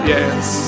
Yes